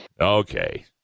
Okay